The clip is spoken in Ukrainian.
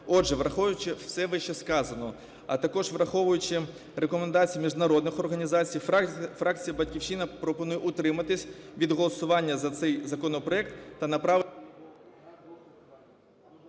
Отже, враховуючи все вищесказане, а також враховуючи рекомендації міжнародних організацій, фракція "Батьківщина" пропонує утриматись від голосування за цей законопроект та направити